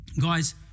guys